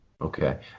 Okay